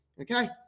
Okay